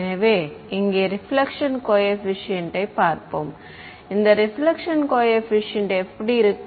எனவே இங்கே reflection coefficient ஐ பார்ப்போம் இந்த ரெபிலெக்ஷன் கோஏபிசியன்ட் எப்படி இருக்கும்